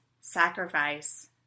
sacrifice